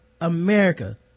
America